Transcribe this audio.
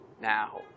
Now